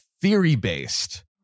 theory-based